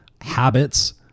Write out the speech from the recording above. habits